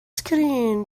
screen